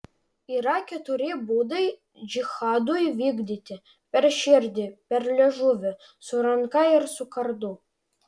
yra keturi būdai džihadui vykdyti per širdį per liežuvį su ranka ir su kardu